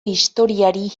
historiari